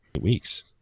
weeks